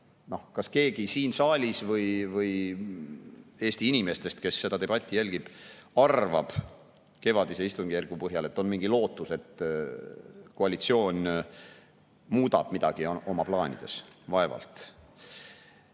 Kas keegi siin saalis või keegi Eesti inimestest, kes seda debatti jälgib, arvab kevadise istungjärgu põhjal, et on mingi lootus, et koalitsioon muudab midagi oma plaanides? Vaevalt.